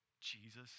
Jesus